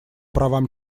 правам